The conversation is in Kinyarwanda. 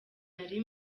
nari